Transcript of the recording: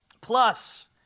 Plus